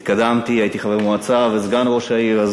התקדמתי, הייתי חבר מועצה וסגן ראש העיר.